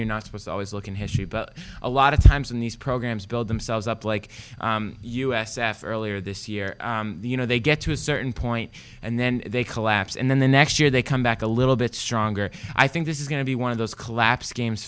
you're not supposed to always look in history but a lot of times in these programs build themselves up like us after earlier this year you know they get to a certain point and then they collapse and then the next year they come back a little bit stronger i think this is going to be one of those collapsed games